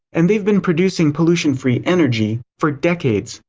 and they've been producing pollution-free energy for decades.